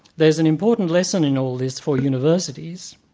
there's an important lesson in all this for universities,